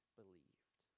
believed